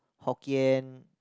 Hokkien